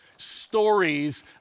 stories